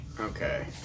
Okay